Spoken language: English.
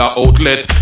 outlet